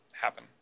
happen